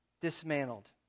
dismantled